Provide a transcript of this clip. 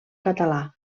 català